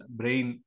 brain